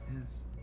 Yes